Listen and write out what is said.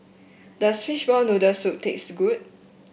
does Fishball Noodle Soup taste good